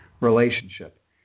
relationship